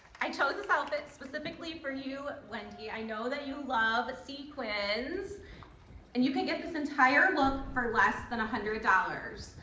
i chose this outfit specifically for you, wendy, i know that you love sequins and you can get this entire look for less than one hundred dollars.